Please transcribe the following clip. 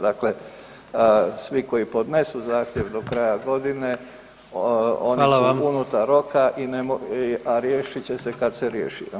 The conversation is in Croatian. Dakle, svi koji podnesu zahtjev do kraja godine, oni su [[Upadica: Hvala vam.]] unutar roka, a riješit će se kad se riješi, je li?